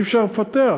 אי-אפשר לפתח.